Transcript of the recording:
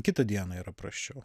kitą dieną yra prasčiau